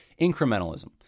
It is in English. incrementalism